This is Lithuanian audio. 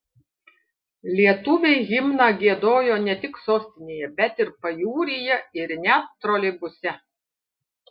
lietuviai himną giedojo ne tik sostinėje bet ir pajūryje ir net troleibuse